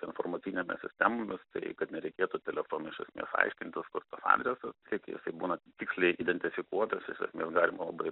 informacinėmis sistemomis tai kad nereikėtų telefonu iš esmės aiškintis kur tas adresas kiek jisai būna tiksliai identifikuotas iš esmės galima labai